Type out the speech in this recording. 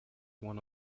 one